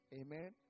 Amen